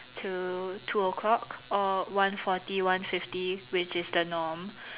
to two o-clock or one forty one fifty which is the norm